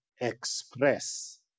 express